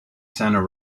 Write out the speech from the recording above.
santa